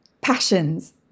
passions